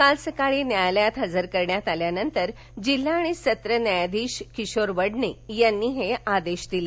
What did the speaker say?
काल सकाळी न्यायालयात हजर करण्यात आल्यानंतर जिल्हा आणि सत्र न्यायाधीश किशोर वडणे यांनी हे आदेश दिले